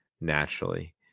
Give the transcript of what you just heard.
naturally